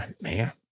man